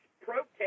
protest